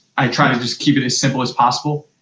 i try to just keep it as simple as possible,